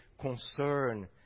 concern